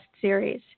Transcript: series